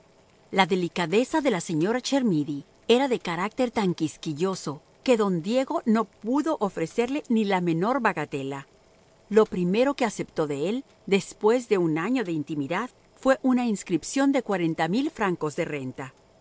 la delicadeza de la señora chermidy era de carácter tan quisquilloso que don diego no pudo ofrecerle ni la menor bagatela lo primero que aceptó de él después de un año de intimidad fue una inscripción de cuarenta mil francos de renta